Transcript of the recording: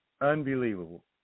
unbelievable